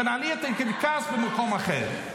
תנהלי את הקרקס במקום אחר.